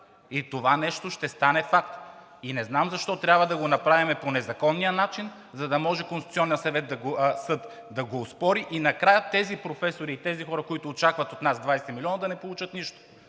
И това нещо ще стане факт! И не знам защо трябва да го направим по незаконния начин, за да може Конституционният съд да го оспори и накрая тези професори и тези хора, които очакват от нас 20 милиона, да не получат нищо?!